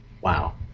Wow